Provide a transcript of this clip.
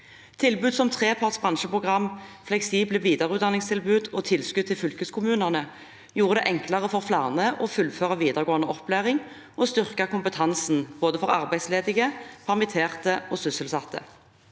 Tilbud som treparts bransjeprogrammer, fleksible videreutdanningstilbud og tilskudd til fylkeskommunene gjorde det enklere for flere å fullføre videregående opplæring og å styrke kompetansen for både arbeidsledige, permitterte og sysselsatte.